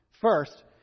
First